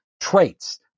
traits